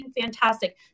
fantastic